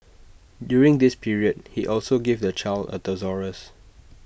during this period he also gave the child A thesaurus